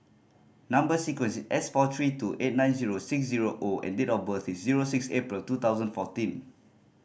number sequence is S four three two eight nine zero six zero O and date of birth is zero six April two thousand fourteen